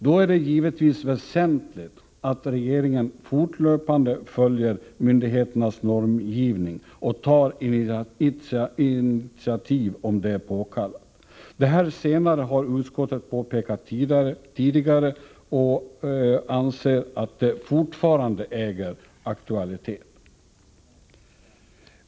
Då är det givetvis väsentligt att regeringen fortlöpande följer myndigheternas normgivning och tar initiativ om det är påkallat. Det här senare har utskottet påpekat tidigare och anser att det fortfarande äger aktualitet.